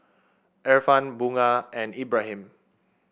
Irfan Bunga and Ibrahim